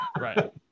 Right